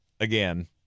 again